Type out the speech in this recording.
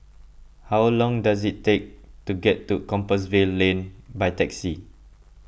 how long does it take to get to Compassvale Lane by taxi